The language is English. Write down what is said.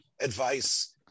advice